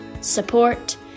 support